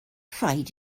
rhaid